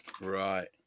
right